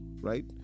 right